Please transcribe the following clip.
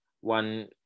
one